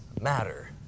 matter